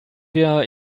wir